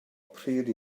pryd